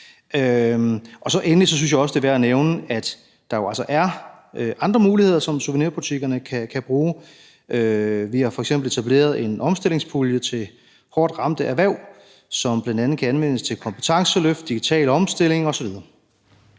Endelig synes jeg også, at det er værd at nævne, at der jo altså er andre muligheder, som souvenirbutikkerne kan bruge. Vi har f.eks. etableret en omstillingspulje til hårdt ramte erhverv, som bl.a. kan anvendes til kompetenceløft, digital omstilling osv.